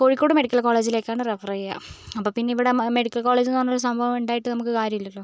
Kozhikode medical കോളേജിലേക്കാണ് refer ചെയ്യുക അപ്പം പിന്നേ ഇവിടേ മെഡിക്കൽ കോളേജ് എന്നു പറഞ്ഞ സംഭവം ഉണ്ടായിട്ട് നമുക്ക് കാര്യമില്ലല്ലോ